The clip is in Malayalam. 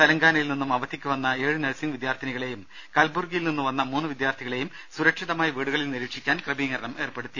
തെലങ്കാനയിൽ നിന്നും അവധിക്ക് വന്ന ഏഴ് നഴ്സിംഗ് വിദ്യാർഥിനികളെയും കൽബുർഗിയിൽ നിന്നു വന്ന മൂന്നു വിദ്യാർഥികളെയും സുരക്ഷിതമായി വീടുകളിൽ നിരീക്ഷിക്കാൻ ക്രമീകരണം ഏർപ്പെടുത്തി